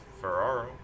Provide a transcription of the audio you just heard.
Ferraro